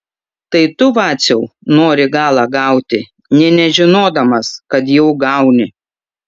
tai tu vaciau nori galą gauti nė nežinodamas kad jau gauni